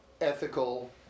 ethical